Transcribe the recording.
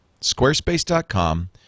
Squarespace.com